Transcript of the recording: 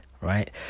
right